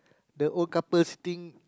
the old couple sitting